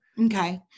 okay